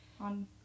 on